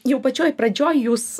jau pačioje pradžioj jūs